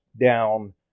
down